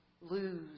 lose